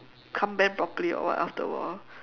can't bend properly or what after a while